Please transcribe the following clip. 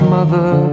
Mother